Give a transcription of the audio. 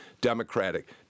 Democratic